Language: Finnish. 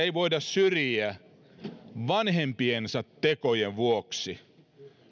ei voida syrjiä vanhempiensa tekojen vuoksi